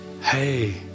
hey